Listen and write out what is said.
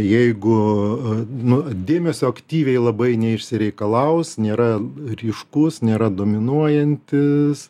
jeigu nu dėmesio aktyviai labai neišsireikalaus nėra ryškus nėra dominuojantis